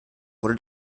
wurde